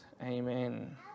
Amen